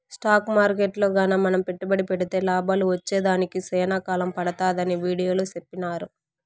stock మార్కెట్టులో గాన మనం పెట్టుబడి పెడితే లాభాలు వచ్చేదానికి సేనా కాలం పడతాదని వీడియోలో సెప్పినారు